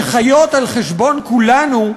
שחיות על חשבון כולנו,